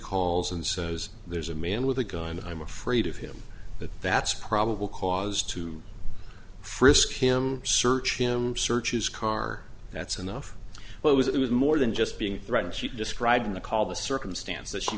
calls and says there's a man with a gun i'm afraid of him but that's probable cause to frisk him search him searches car that's enough but was it was more than just being threatened she described in the call the circumstance that she